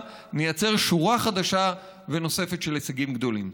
נייצר שורה חדשה ונוספת של הישגים גדולים.